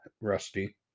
Rusty